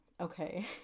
Okay